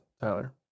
Tyler